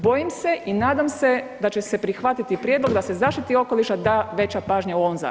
Bojim se i nadam se da će se prihvatiti prijedlog da se zaštiti okoliši da veća pažnja u ovom zakonu.